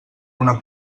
una